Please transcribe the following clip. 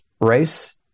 race